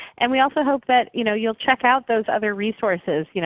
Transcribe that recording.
and we also hope that you know you'll check out those other resources.